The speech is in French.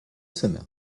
summer